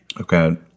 okay